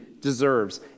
deserves